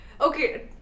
okay